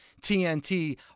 TNT